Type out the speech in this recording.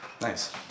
Nice